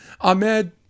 Ahmed